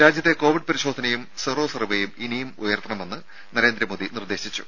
രാജ്യത്തെ കോവിഡ് പരിശോധനയും സെറോ സർവ്വേയും ഇനിയും ഉയർത്തണമെന്ന് നരേന്ദ്രമോദി നിർദേശിച്ചു